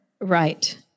Right